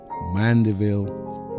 Mandeville